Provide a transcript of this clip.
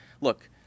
look